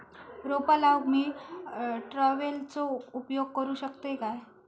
रोपा लाऊक मी ट्रावेलचो उपयोग करू शकतय काय?